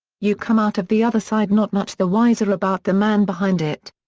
you come out of the other side not much the wiser about the man behind it.